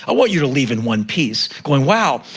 i want you to leave in one piece, going, wow!